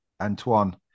Antoine